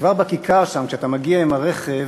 כבר בכיכר שם, כשאתה מגיע עם הרכב,